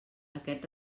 aquest